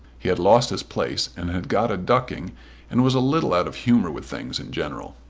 he had lost his place and had got a ducking and was a little out of humour with things in general.